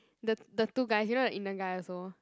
the the two guys you know the Indian guy also